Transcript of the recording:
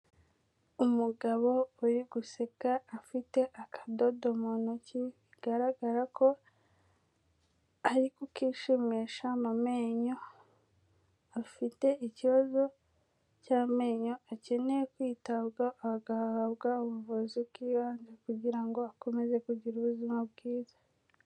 Umugabo uri guseka afite akadodo mu ntoki, bigaragara ko ari kukishimisha mu menyo, afite ikibazo cy'amenyo akeneye kwitabwaho agahabwa ubuvuzi bw'ibanze kugira ngo akomeze kugira ubuzima bwiza.